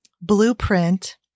Blueprint